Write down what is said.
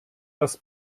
das